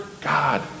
God